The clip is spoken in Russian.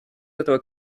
этого